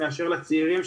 מאשר לצעירים,